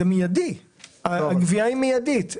הגבייה היא מיידית.